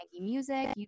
Music